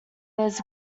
his